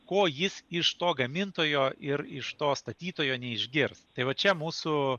ko jis iš to gamintojo ir iš to statytojo neišgirs tai va čia mūsų